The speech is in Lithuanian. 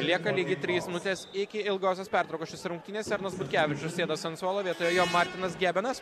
lieka lygiai trys musės iki ilgosios pertraukos šiose rungtynėse arnas butkevičius sėdasi ant suolo vietoj jo martinas gebenas